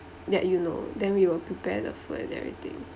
let you know then we will prepare the food and everything